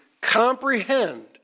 comprehend